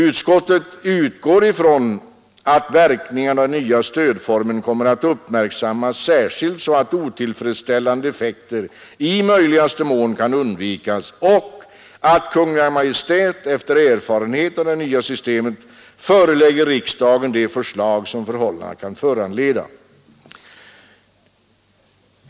Utskottet utgår ifrån att verkningarna av den nya stödformen kommer att uppmärksammas särskilt, så att otillfredsställande effekter i möjligaste mån kan undvikas, och att Kungl. Maj:t efter erfarenhet av det nya systemet förelägger riksdagen de förslag som förhållandena kan föranleda.